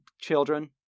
children